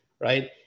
right